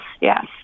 yes